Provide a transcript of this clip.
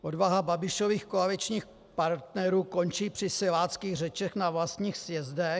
Odvaha Babišových koaličních partnerů končí při siláckých řečech na vlastních sjezdech.